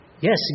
Yes